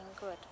good